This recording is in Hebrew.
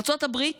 ארצות הברית